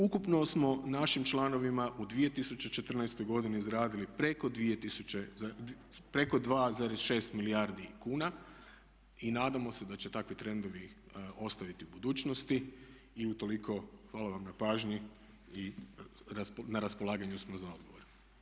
Ukupno smo našim članovima u 2014.godini izradili preko 2,6 milijardi kuna i nadamo se da će takvi trendovi ostaviti u budućnosti i utoliko hvala vam na pažnji i na raspolaganju smo za odgovore.